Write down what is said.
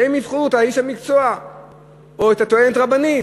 שהם יבחרו את איש המקצוע או את הטוענת הרבנית.